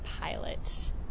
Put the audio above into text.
pilot